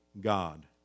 God